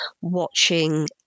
watching –